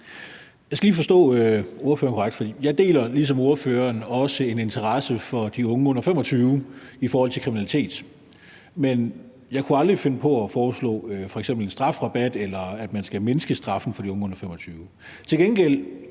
Jeg skal lige forstå ordføreren ret, for jeg deler ligesom ordføreren også en interesse for de unge under 25 år i forhold til kriminalitet. Men jeg kunne aldrig finde på at foreslå f.eks. en strafrabat, eller at man skal mindske straffen for de unge under 25